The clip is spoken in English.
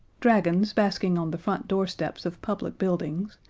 dragons basking on the front doorsteps of public buildings,